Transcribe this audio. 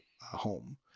home